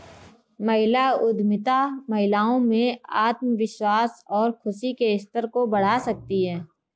महिला उद्यमिता महिलाओं में आत्मविश्वास और खुशी के स्तर को बढ़ा सकती है